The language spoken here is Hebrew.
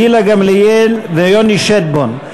גילה גמליאל ויוני שטבון.